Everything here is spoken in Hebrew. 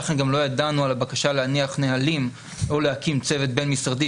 לכן גם לא ידענו על הבקשה להניח נהלים או להקין צוות בין-משרדי,